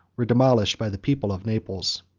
were demolished by the people of naples.